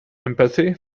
empathy